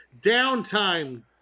downtime